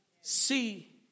See